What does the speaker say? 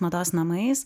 mados namais